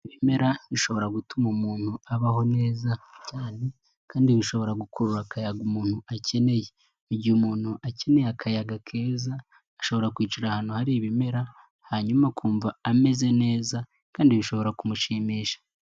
Ibimera bishobora gutuma umuntu abaho neza cyane kandi bishobora gukurura akayaga umuntu akeneye. Mu igihe umuntu akeneye akayaga keza ashobora kwicara ahantu hari ibimera hanyuma akumva ameze neza kandi bishobora kumushimisha.